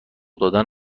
دادن